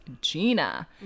Gina